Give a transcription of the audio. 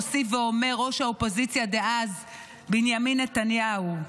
מוסיף ואומר ראש האופוזיציה דאז בנימין נתניהו.